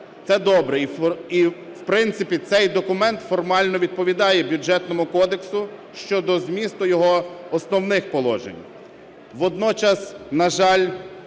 це добре. І, в принципі, цей документ формально відповідає Бюджетному кодексу щодо змісту його основних положень. Водночас, на жаль,